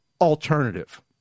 alternative